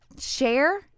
Share